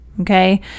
Okay